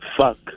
fuck